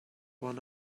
one